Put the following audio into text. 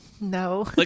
No